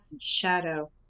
shadow